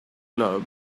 club